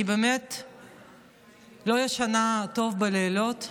אני באמת לא ישנה טוב בלילות,